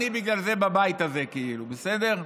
בגלל זה אני בבית הזה, בסדר?